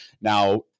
Now